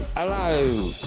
hello!